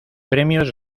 premios